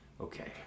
Okay